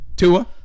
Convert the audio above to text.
Tua